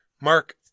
Mark